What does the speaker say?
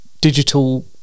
digital